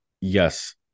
Yes